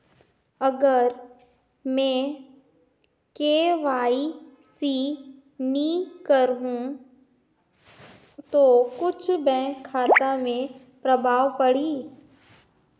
अगर मे के.वाई.सी नी कराहू तो कुछ बैंक खाता मे प्रभाव पढ़ी?